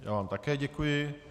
Já vám také děkuji.